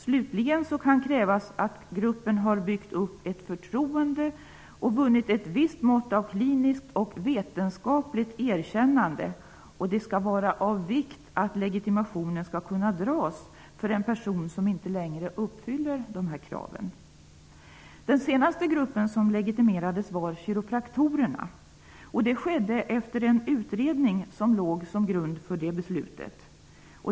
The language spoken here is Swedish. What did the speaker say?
Slutligen kan krävas att gruppen har byggt upp ett förtroende samt vunnit ett visst mått av kliniskt och vetenskapligt erkännande, och det skall vara av vikt att legitimationen skall kunna dras för en person som inte längre uppfyller de här kraven. Den senaste gruppen som legitimerades var kiropraktorerna. Det var en utredning som låg till grund för det beslutet.